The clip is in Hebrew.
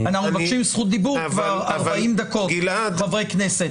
אנחנו מבקשים זכות דיבור כבר 40 דקות כחברי כנסת.